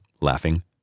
laughing